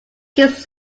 keeps